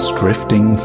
drifting